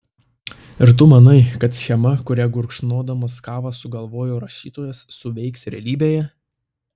ir tu manai kad schema kurią gurkšnodamas kavą sugalvojo rašytojas suveiks realybėje